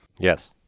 Yes